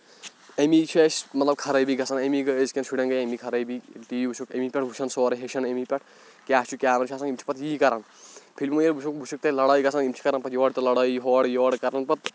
اَمی چھِ اَسہِ مطلب خرٲبی گژھان اَمی گٔے أزۍکٮ۪ن شُرٮ۪ن گٔے اَمی خرٲبی ییٚلہِ ٹی وی وٕچھُکھ اَمی پٮ۪ٹھ وٕچھان سورُے ہیٚچھان اَمی پٮ۪ٹھ کیٛاہ چھُ کیٛاہ نہٕ چھُ آسان یِم چھِ پَتہٕ یی کرَن فِلمہٕ ییٚلہِ وٕچھُکھ وٕچھُکھ تَتہِ لڑٲیہِ گژھان یِم چھِ کران پَتہٕ یورٕ تہِ لَڑٲیی ہورٕ یورٕ کَران پَتہٕ